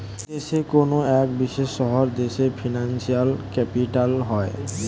দেশের কোনো এক বিশেষ শহর দেশের ফিনান্সিয়াল ক্যাপিটাল হয়